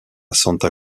santa